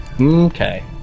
Okay